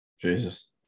Jesus